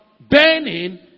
burning